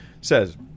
says